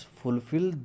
fulfill